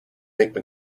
make